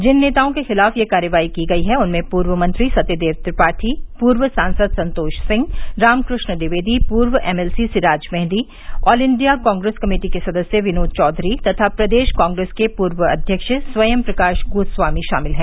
जिन नेताओं के खिलाफ यह कार्रवाई की गयी है उनमें पूर्व मंत्री सत्यदेव त्रिपाठी पूर्व सांसद संतोष सिंह रामकृष्ण ट्विवेदी पूर्व MLC Siraj Mehdi all India Congress committee के सदस्य विनोद चौधरी तथा प्रदेश कांग्रेस के पूर्व अध्यक्ष स्वयं प्रकाश गोस्वामी शामिल हैं